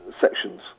Sections